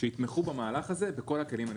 שיתמכו במהלך בכל הכלים הנדרשים.